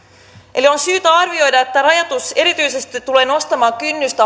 eli on syytä arvioida että rajoitus erityisesti tulee nostamaan kynnystä